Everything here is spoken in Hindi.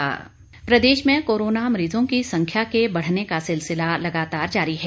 कोरोना प्रदेश में कोरोना मरीजों की संख्या के बढ़ने का सिलसिला लगातार जारी है